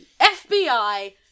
FBI